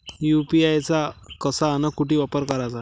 UPI चा कसा अन कुटी वापर कराचा?